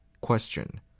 Question